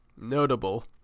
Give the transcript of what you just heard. notable